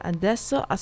Adesso